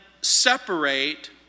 separate